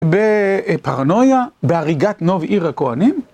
בפרנויה, בהריגת נוב עיר הכהנים.